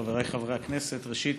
חבריי חברי הכנסת, ראשית,